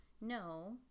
no